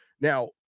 Now